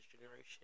generation